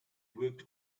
worked